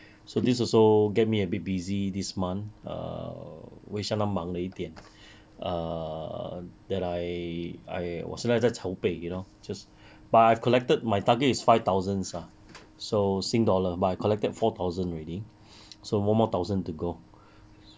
so this also get me a bit busy this month err 会相当忙了一点 err that I I 我现在在筹备 you know just but I collected my target is five thousands ah so sing dollar but I collected four thousand already so one more thousand to go